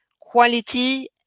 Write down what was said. quality